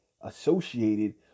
associated